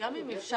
נכנס